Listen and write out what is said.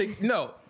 No